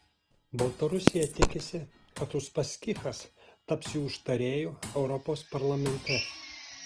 baltarusija tikisi kad uspaskichas taps jų užtarėju europos parlamente